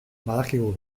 badakigu